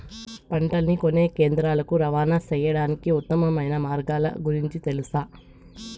పంటలని కొనే కేంద్రాలు కు రవాణా సేయడానికి ఉత్తమమైన మార్గాల గురించి తెలుసా?